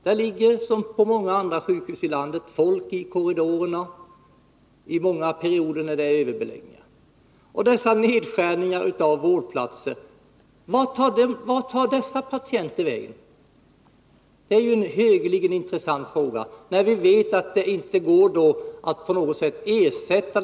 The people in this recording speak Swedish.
Där ligger — som på många andra sjukhus i landet — folk i korridorerna under perioder då det är överbeläggning. Vart tar patienterna vägen när man skär ned antalet vårdplatser? Det är en högeligen intressant fråga.